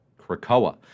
Krakoa